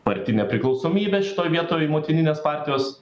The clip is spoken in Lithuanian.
partinė priklausomybė šitoj vietoj motininės partijos